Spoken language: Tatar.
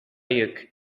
йөк